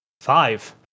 five